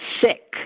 sick